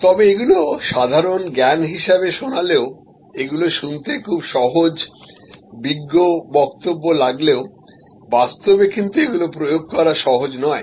তবে এগুলি সাধারণ জ্ঞান হিসাবে শোনালেও এগুলো শুনতে খুব সহজ বিজ্ঞ বক্তব্য লাগলেও বাস্তবে কিন্তু এগুলি প্রয়োগ করা সহজ নয়